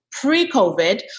pre-COVID